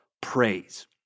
praise